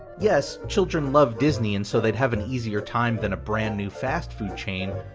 yes, children loved disney and so they'd have an easier time than a brand new fast food chain,